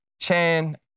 Chan